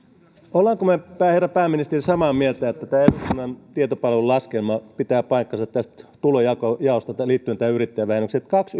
olemmeko me herra pääministeri samaa mieltä että tämä eduskunnan tietopalvelun laskelma tästä tulonjaosta pitää paikkansa liittyen tähän yrittäjävähennykseen eli että kaksi